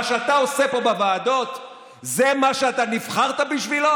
מה שאתה עושה פה בוועדות זה מה שאתה נבחרת בשבילו?